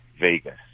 Vegas